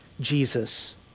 Jesus